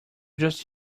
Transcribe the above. just